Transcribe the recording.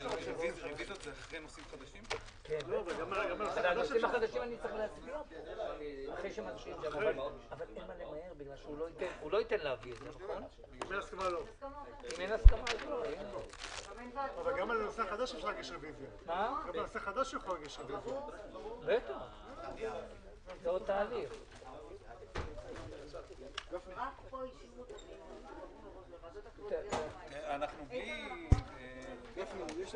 15:14.